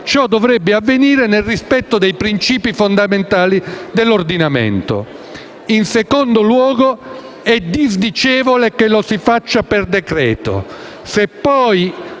ciò dovrebbe avvenire nel rispetto dei principi fondamentali dell'ordinamento stesso. In secondo luogo, è disdicevole che ciò venga fatto